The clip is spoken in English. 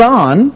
on